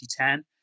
2010